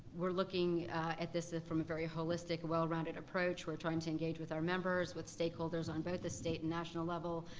we're looking at this ah from a very holistic, well-rounded approach, we're trying to engage with our members, with stakeholders on both the state and national level,